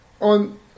On